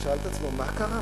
הוא שאל את עצמו: מה קרה?